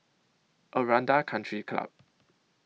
Aranda Country Club